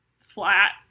flat